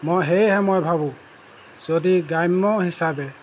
মই সেয়েহে মই সেয়েহে ভাবোঁ যদি গ্ৰাম্য হিচাপে